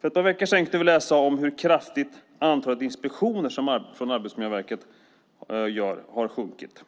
För ett par veckor sedan kunde vi läsa om hur kraftigt antalet inspektioner som Arbetsmiljöverket gör sjunkit.